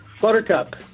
Buttercup